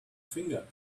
finger